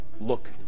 look